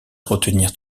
retenir